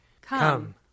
Come